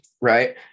right